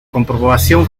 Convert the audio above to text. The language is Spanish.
comprobación